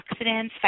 antioxidants